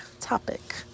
topic